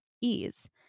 ease